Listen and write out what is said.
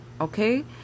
okay